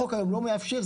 היום החוק לא מאפשר,